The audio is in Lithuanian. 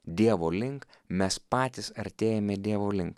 dievo link mes patys artėjame dievo link